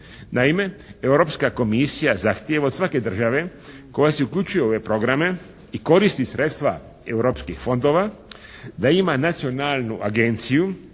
Naime, Europska komisija zahtjeva od svake države koja se uključuje u ove programe i koristi sredstva europskih fondova da ima Nacionalnu agenciju,